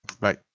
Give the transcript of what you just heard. Right